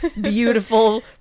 beautiful